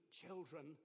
children